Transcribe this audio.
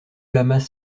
lamas